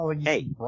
Hey